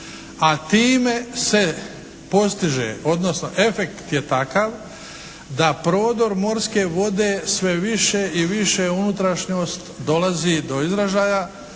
a time se postiže, odnosno efekt je takav da prodor morske vode sve više i više u unutrašnjost dolazi do izražaja